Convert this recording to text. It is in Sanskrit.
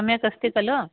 सम्यक् अस्ति खलु